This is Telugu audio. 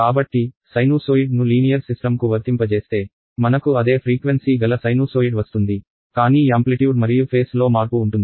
కాబట్టి సైనూసోయిడ్ను లీనియర్ సిస్టమ్ కు వర్తింపజేస్తే మనకు అదే ఫ్రీక్వెన్సీ గల సైనూసోయిడ్ వస్తుంది కానీ యాంప్లిట్యూడ్ మరియు ఫేస్ లో మార్పు ఉంటుంది